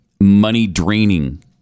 money-draining